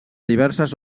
diverses